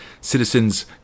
citizens